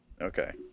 Okay